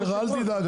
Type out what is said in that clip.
רלוונטיות.